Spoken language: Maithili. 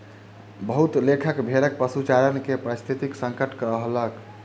बहुत लेखक भेड़क पशुचारण के पारिस्थितिक संकट कहलक